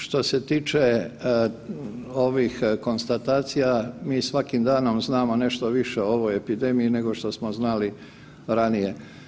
Što se tiče ovih konstatacija mi svakim danom znamo nešto više o ovoj epidemiji nego što smo znali ranije.